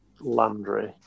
Landry